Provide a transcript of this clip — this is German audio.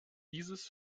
dieses